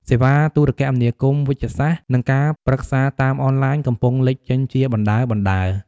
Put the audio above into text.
សេវាទូរគមនាគមន៍វេជ្ជសាស្ត្រ និងការប្រឹក្សាតាមអនឡាញ កំពុងលេចចេញជាបណ្តើរៗ។